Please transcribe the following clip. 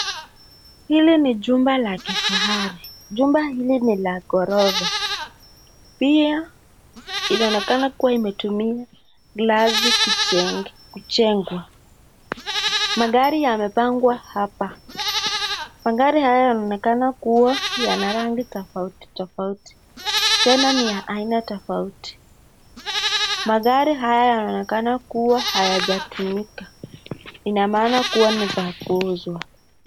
Jumba la kifahali ambalo ni la ghorofa na pia inaonekana kuwa imetumia glass kujengwa. Magari yamepangwa hapa na yanayoonekana kuwa yana rangi na ni ya aina tofauti tofauti na pia hayajatumika kumaanisha ni ya kuuzwa.